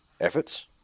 efforts